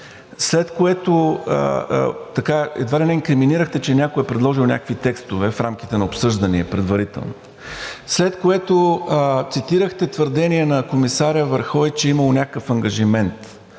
след което едва ли не инкриминирахте, че някой е предложил някакви текстове в рамките на предварителни обсъждания, след което цитирахте твърдение на комисаря Вархеи, че е имал някакъв ангажимент